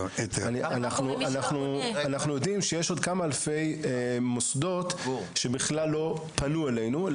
אנחנו יודעים שיש עוד כמה אלפי מוסדות שבכלל לא פנו אלינו.